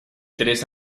tres